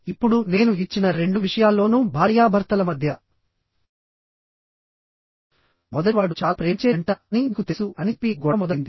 ఇప్పుడు నేను ఇచ్చిన రెండు విషయాల్లోనూ భార్యాభర్తల మధ్య మొదటి వాడు చాలా ప్రేమించే జంట అని నీకు తెలుసు అని చెప్పి గొడవ మొదలైంది